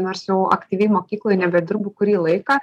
nors jau aktyviai mokykloj nebedirbu kurį laiką